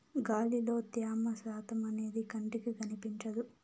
గాలిలో త్యమ శాతం అనేది కంటికి కనిపించదు